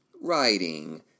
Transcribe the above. writing